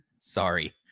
Sorry